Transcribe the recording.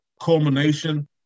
culmination